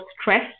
stress